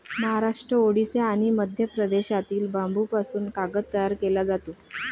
महाराष्ट्र, ओडिशा आणि मध्य प्रदेशातील बांबूपासून कागद तयार केला जातो